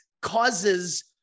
causes